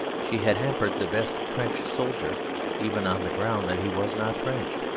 she had hampered the best french soldier even on the ground that he was not french.